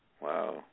Wow